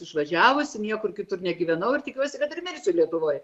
išvažiavusi niekur kitur negyvenau ir tikiuosi kad ir mirsiu lietuvoj